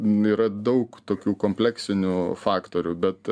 yra daug tokių kompleksinių faktorių bet